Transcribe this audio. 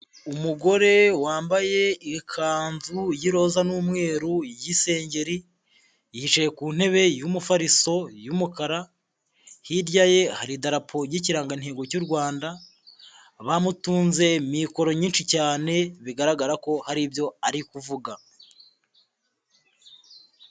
Umugore wambaye ikanzu y'iroza n'umweru y'isengeri, yicaye ku ntebe y'umufariso y'umukara, hirya ye hari idarapo ry'ikirangantego cy'u Rwanda, bamutunze mikoro nyinshi cyane, bigaragara ko hari ibyo ari kuvuga.